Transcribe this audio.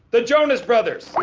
the jonas brothers.